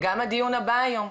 גם הדיון הבא היום,